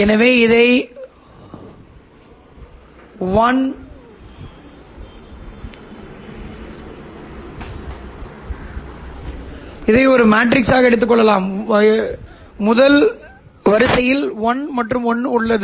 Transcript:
ஆகவே நீங்கள் அதை நேரத்தின் செயல்பாடாகப் பார்த்தால் R 2 PLO ஒத்த ஒரு dc சிக்னல் உள்ளது பின்னர் R2 √PsPLO மற்றும் வேறு எந்த காரணிகளும் பொருந்தக்கூடிய நேர மாறுபடும் சமிக்ஞை cos உள்ளது